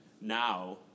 Now